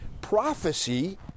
Prophecy